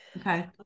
Okay